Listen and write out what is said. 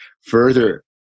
further